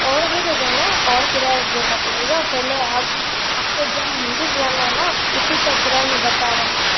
और जगह जाना है और किराया देना पड़ेगा पहले आप आपको जहाँ मंदिर जाना है न उसी का किराया में बता रहा हूँ आपको